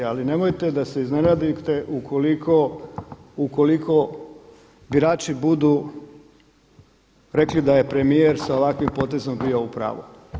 Ali nemojte da se iznenadite ukoliko birači budu rekli da je premijer sa ovakvim potezom bio u pravu.